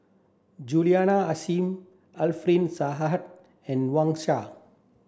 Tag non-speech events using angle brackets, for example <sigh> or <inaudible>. Juliana Yasin Alfian Sa <unintelligible> and Wang Sha